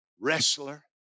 wrestler